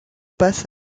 passe